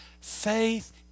faith